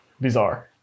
bizarre